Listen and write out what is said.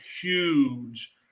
huge